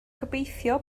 gobeithio